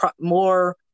more